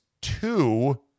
two